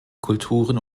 kulturen